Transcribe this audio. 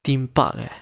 theme park eh